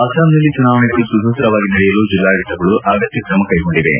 ಅಸ್ಲಾಂನಲ್ಲಿ ಚುನಾವಣೆಗಳು ಸುಸೂತ್ರವಾಗಿ ನಡೆಯಲು ಜಿಲ್ಲಾಡಳಿತಗಳು ಅಗತ್ತ ಕ್ರಮ ಕೈಗೊಂಡಿವೆ